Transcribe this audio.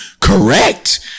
correct